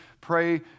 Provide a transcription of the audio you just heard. Pray